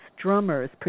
drummers